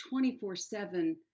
24-7